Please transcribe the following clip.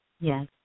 Yes